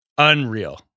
Unreal